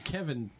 Kevin